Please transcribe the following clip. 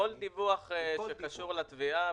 בכל דיווח שקשור לתביעה,